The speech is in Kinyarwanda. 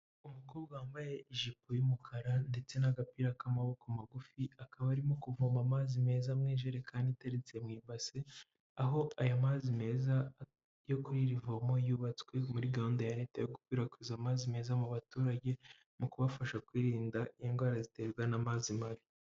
Umukobwa wambaye ijipo y'umukara ndetse n'agapira k'amaboko magufi akaba arimo kuvoma amazi meza mujerekani iteretse mu ibase aho aya mazi meza yo kuririvomo yubatswe muri gahunda ya leta yo gukwirakwiza amazi meza mu baturage mu kubafasha kwirinda indwara ziterwa n'amazi mabi.